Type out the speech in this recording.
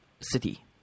city